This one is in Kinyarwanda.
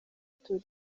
turi